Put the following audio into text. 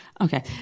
Okay